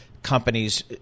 Companies